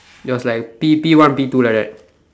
that was like P P one P two like that